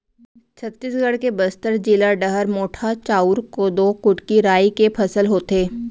छत्तीसगढ़ के बस्तर जिला डहर मोटहा चाँउर, कोदो, कुटकी, राई के फसल होथे